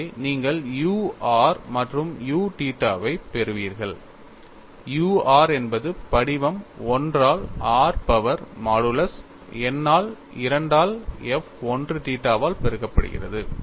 எனவே நீங்கள் u r மற்றும் u தீட்டாவைப் பெறுவீர்கள் u r என்பது படிவம் 1 ஆல் r பவர் மாடுலஸ் n ஆல் 2 ஆல் f 1 தீட்டாவால் பெருக்கப்படுகிறது